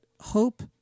hope